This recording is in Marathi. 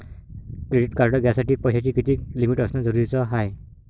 क्रेडिट कार्ड घ्यासाठी पैशाची कितीक लिमिट असनं जरुरीच हाय?